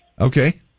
okay